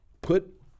put